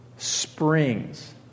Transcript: springs